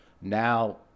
now